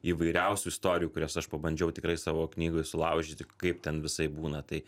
įvairiausių istorijų kurias aš pabandžiau tikrai savo knygoj sulaužyti kaip ten visaip būna tai